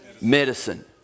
medicine